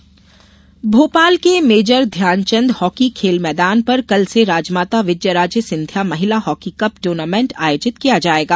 महिला हॉकी भोपाल के major Dhyanchand hockey खेल मैदान पर कल से राजमाता विजयाराजे सिंधिया महिला हॉकी कप टूर्नामेन्ट आयोजित किया जायेगा